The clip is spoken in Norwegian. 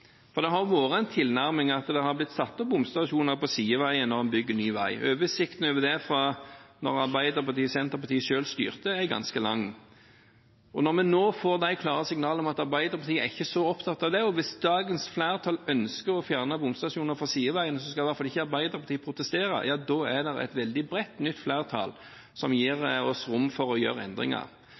Det har vært en tilnærming at det har blitt satt opp bomstasjoner på sideveier når en bygger ny vei. Oversikten over det fra da Arbeiderpartiet og Senterpartiet selv styrte, er ganske lang. Når vi nå får de klare signalene om at Arbeiderpartiet ikke er så opptatt av det, og at hvis dagens flertall ønsker å fjerne bomstasjoner fra sideveiene, så skal i hvert fall ikke Arbeiderpartiet protestere, da er det et veldig bredt, nytt flertall som gir oss rom for å gjøre endringer.